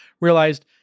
realized